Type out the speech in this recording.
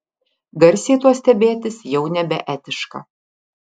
garsiai tuo stebėtis jau nebeetiška